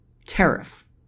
tariff